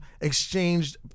exchanged